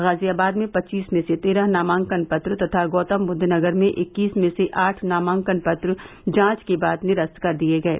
गाजियाबाद में पच्चीस में से तेरह नामांकन पत्र तथा गौतमबुद्धनगर में इक्कीस में से आठ नामांकन पत्र जांच के बाद निरस्त कर दिये गये